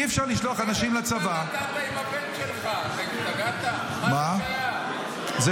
אי-אפשר לשלוח אנשים לצבא --- איזו דוגמה נתת עם הבן שלך?